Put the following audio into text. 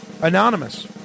Anonymous